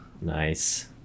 Nice